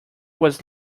was